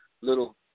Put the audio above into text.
little